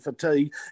fatigue